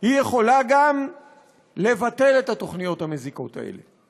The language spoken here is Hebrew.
היא יכולה גם לבטל את התוכניות המזיקות האלה.